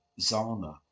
Zana